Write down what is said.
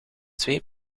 twee